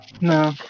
No